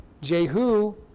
Jehu